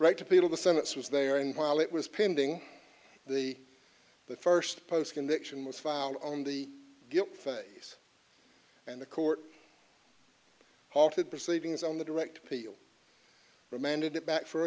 right to people the senate's was there and while it was pending the the first post conviction was filed on the guilt phase and the court halted proceedings on the direct appeal remanded it back for